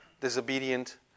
disobedient